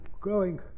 growing